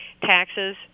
taxes